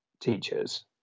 teachers